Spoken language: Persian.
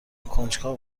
کنجکاو